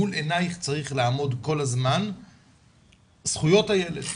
מול עינייך צריך לעמוד כל הזמן זכויות הילד.